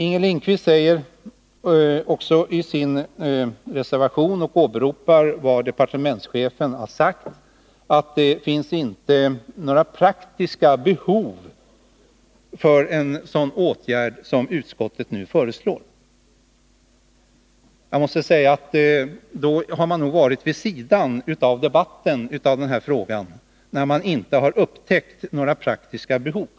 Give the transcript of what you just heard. Inger Lindquist säger också i sin reservation — och åberopar vad departementschefen har anfört — att det inte finns några praktiska behov av en sådan åtgärd som utskottet nu föreslår. Jag måste säga att man har varit vidsidan av debatten i denna fråga när man inte har upptäckt några praktiska behov.